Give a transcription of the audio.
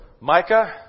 Micah